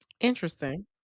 Interesting